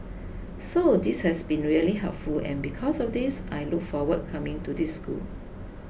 so this has been really helpful and because of this I look forward coming to this school